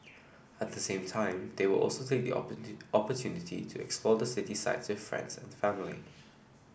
at the same time they will also say the opportunity to explore the city sights with friends and family